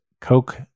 Coke